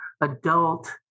adult